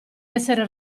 essere